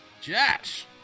Josh